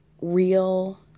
real